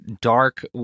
dark